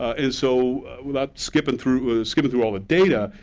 and so without skipping through ah skipping through all the data,